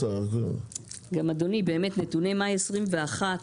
נתוני מאי 2021,